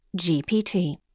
GPT